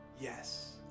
yes